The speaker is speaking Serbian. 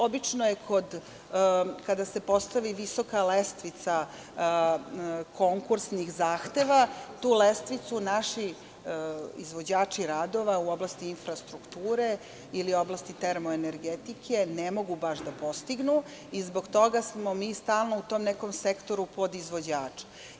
Obično kada se postavi visoka lestvica konkursnih zahteva, tu lestvicu naši izvođači radova u oblasti infrastrukture ili oblasti termoenergetike, ne mogu baš da postignu i zbog toga smo mi stalno u tom nekom sektoru podizvođača.